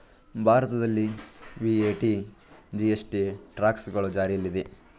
ಭಾರತದಲ್ಲಿ VAT, GST, tax ಗಳು ಜಾರಿಯಲ್ಲಿದೆ